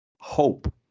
Hope